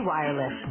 Wireless